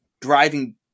driving